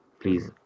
please